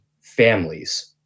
families